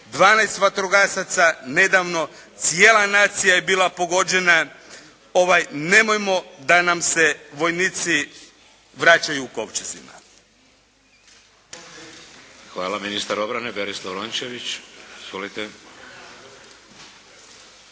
12 vatrogasaca nedavno, cijela nacija je bila pogođena, nemojmo da nam se vojnici vraćaju u kovčezima. **Šeks, Vladimir (HDZ)** Hvala. Ministar obrane, Berislav Rončević.